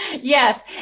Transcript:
Yes